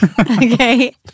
Okay